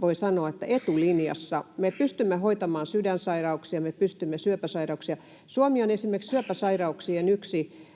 voi sanoa, etulinjassa. Me pystymme hoitamaan sydänsairauksia, me pystymme hoitamaan syöpäsairauksia. Suomi on esimerkiksi syöpäsairauksissa